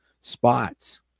spots